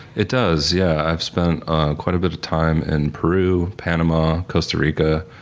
it does. yeah i've spent quite a bit of time in peru, panama, costa rica,